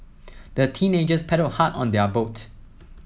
the teenagers paddled hard on their boat